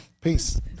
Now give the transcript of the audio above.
Peace